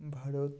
Bharat